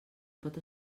pot